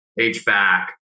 HVAC